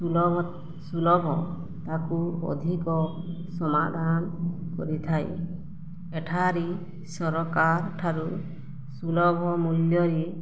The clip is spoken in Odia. ସୁଲଭ ସୁଲଭ ତାକୁ ଅଧିକ ସମାଧାନ କରିଥାଏ ଏଠାରେ ସରକାର ଠାରୁ ସୁଲଭ ମୂଲ୍ୟରେ